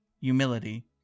humility